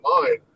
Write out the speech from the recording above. mind